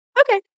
Okay